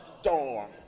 storm